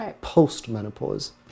post-menopause